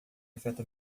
afeta